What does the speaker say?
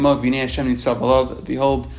behold